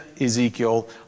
Ezekiel